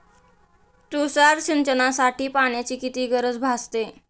तुषार सिंचनासाठी पाण्याची किती गरज भासते?